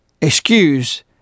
excuse